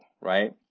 right